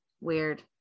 weird